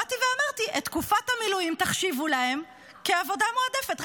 באתי ואמרתי: את תקופת המילואים תחשיבו להם כעבודה מועדפת,